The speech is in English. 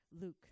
Luke